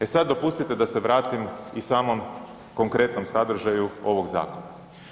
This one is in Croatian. E sad dopustite da se vratim i samom konkretnom sadržaju ovog zakona.